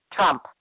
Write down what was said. Trump